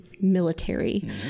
military